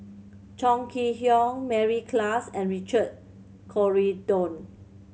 Chong Kee Hiong Mary Klass and Richard Corridon